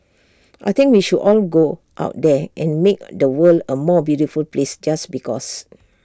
I think we should all go out there and make the world A more beautiful place just because